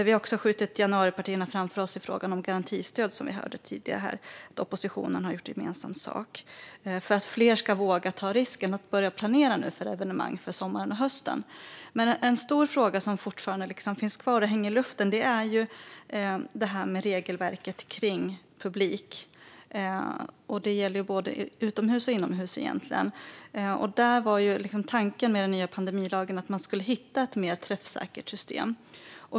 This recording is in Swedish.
Vi har skjutit januaripartierna framför oss i frågan om garantistöd, som vi hörde tidigare här, då oppositionen har gjort gemensam sak för att fler ska våga ta risken att nu börja planera för evenemang för sommaren och hösten. Men en stor fråga som fortfarande hänger i luften gäller regelverket kring publik. Det gäller både utomhus och inomhus. Tanken med den nya pandemilagen var att man skulle hitta ett mer träffsäkert system.